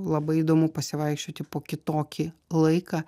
labai įdomu pasivaikščioti po kitokį laiką